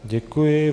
Děkuji.